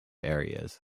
areas